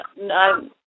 no